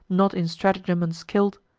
not in stratagem unskill'd,